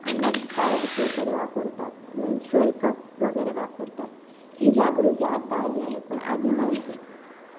आणि पॅड्स वगैरे वापरतात मेन्स्ट्रल कप वगैरे वापरतात ही जागृती आता आली आहे पण आधी नव्हती